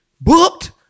booked